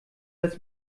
das